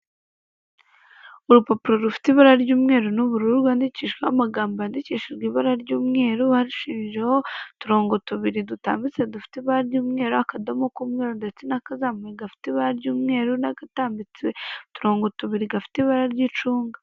Urupapuro rufite ibara ry'umweru n'ubururu rwandikishijweho amagambo yandikishijwe ibara ry'umweru, bacishijeho uturongo tubiri dutambitse dufite ibara ry'umweru, akadomo k'umweru ndetse n'akazamuye gafite ibara ry'umweru, n'agatambitse uturongo tubiri gafite ibara ry'icunga.